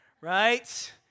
right